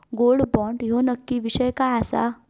Gold bond ह्यो नक्की विषय काय आसा?